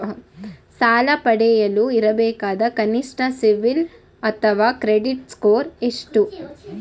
ಸಾಲ ಪಡೆಯಲು ಇರಬೇಕಾದ ಕನಿಷ್ಠ ಸಿಬಿಲ್ ಅಥವಾ ಕ್ರೆಡಿಟ್ ಸ್ಕೋರ್ ಎಷ್ಟು?